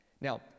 Now